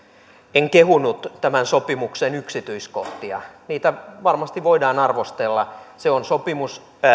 en kehunut tämän sopimuksen yksityiskohtia niitä varmasti voidaan arvostella se on sopimus